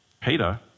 Peter